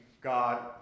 God